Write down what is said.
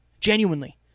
Genuinely